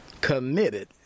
committed